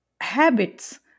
habits